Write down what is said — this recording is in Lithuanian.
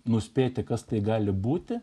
nuspėti kas tai gali būti